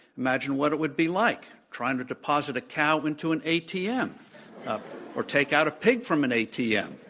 imagine what it would be like, trying to deposit a cow into an atm or take out a pig from an atm.